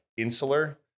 insular